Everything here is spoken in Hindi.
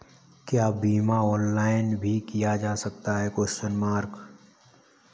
क्या बीमा ऑनलाइन भी किया जा सकता है?